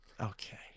Okay